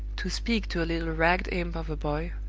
to speak to a little ragged imp of a boy,